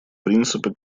принципы